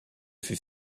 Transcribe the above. fut